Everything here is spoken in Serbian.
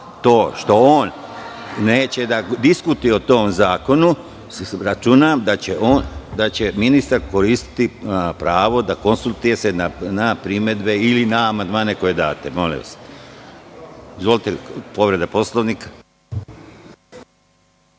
To što on neće da diskutuje o tom zakonu, računam da će ministar koristiti pravo da se konsultuje na primedbe ili na amandmane koje date. Izvolite. Povreda Poslovnika.